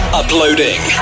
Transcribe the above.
uploading